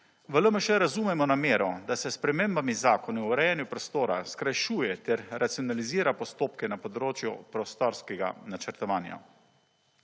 V LMŠ razumemo namero, da se s spremembami zakona o urejanju prostora skrajšuje ter racionalizira postopke na področju prostorskega načrtovanja